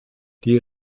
die